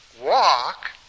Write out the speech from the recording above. walk